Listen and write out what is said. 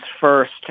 first